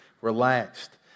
relaxed